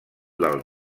del